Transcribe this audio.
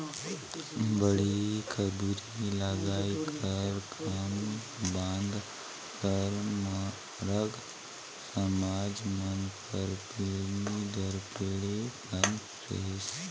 बाड़ी बखरी लगई कर काम धंधा हर मरार समाज मन कर पीढ़ी दर पीढ़ी काम रहिस